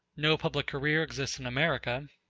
no public career exists in america